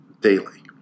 daily